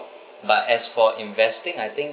but as for investing I think